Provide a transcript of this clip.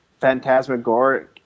phantasmagoric